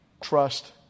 trust